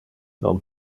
non